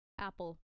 Apple